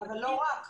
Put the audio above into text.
אבל לא רק.